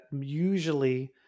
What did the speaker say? usually